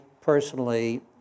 personally